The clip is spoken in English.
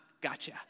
gotcha